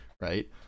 right